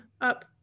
up